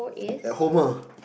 at home ah